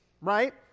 Right